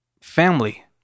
Family